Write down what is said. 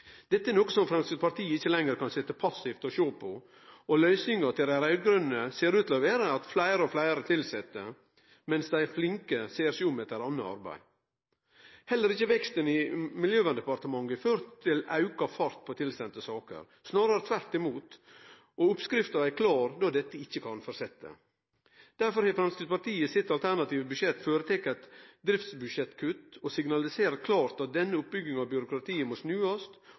Dette er noko som Framstegspartiet ikkje lenger kan sitje passive og sjå på. Løysinga til dei raud-grøne ser ut til å vere fleire og fleire tilsette, mens dei flinke ser seg om etter anna arbeid. Heller ikkje veksten i Miljøverndepartementet har ført til auka fart på saker dei får – snarare tvert imot. Oppskrifta er klar, dette kan ikkje fortsetje. Derfor har Framstegspartiet i sitt alternative budsjett føretatt eit driftsbudsjettkutt, og signaliserer klart at denne oppbygginga av byråkrati må snuast